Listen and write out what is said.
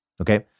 Okay